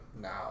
now